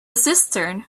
cistern